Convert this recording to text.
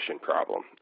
problem